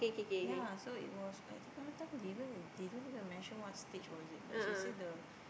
yea so it was at the point of time they even they don't even measure what stage was it but she the